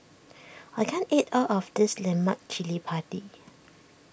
I can't eat all of this Lemak Cili Padi